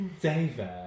david